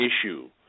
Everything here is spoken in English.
issue